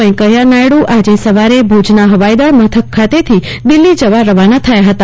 વૈકૈયા નાઈડુ આજે સવારે ભુજના હવાઈ દલ મથક ખાતેથી દિલ્ફી જવા રવાના થયા હતા